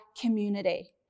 community